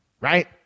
right